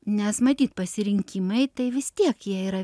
nes matyt pasirinkimai tai vis tiek jie yra